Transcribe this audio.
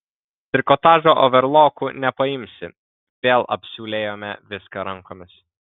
trikotažo overloku nepaimsi vėl apsiūlėjome viską rankomis